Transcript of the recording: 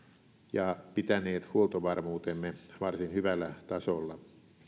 ja pitäneet huoltovarmuutemme varsin hyvällä tasolla